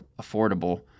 affordable